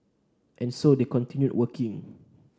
and so they continue working